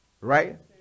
right